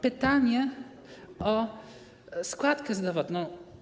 Pytanie o składkę zdrowotną.